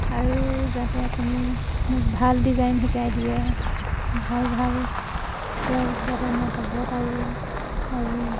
আৰু যাতে আপুনি মোক ভাল ডিজাইন শিকাই দিয়ে ভাল ভালকে যাতে মই বব পাৰোঁ আৰু